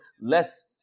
less